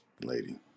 lady